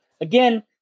again